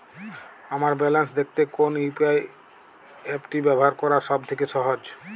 আমার ব্যালান্স দেখতে কোন ইউ.পি.আই অ্যাপটি ব্যবহার করা সব থেকে সহজ?